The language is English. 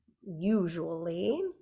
usually